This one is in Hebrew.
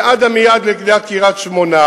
ועד עמיעד ליד קריית-שמונה,